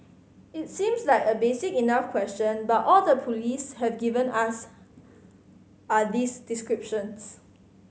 it seems like a basic enough question but all the police have given us are these descriptions